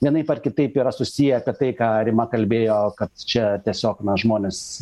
vienaip ar kitaip yra susiję kad tai ką rima kalbėjo kad čia tiesiog na žmonės